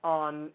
on